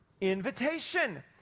Invitation